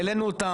העלנו אותם,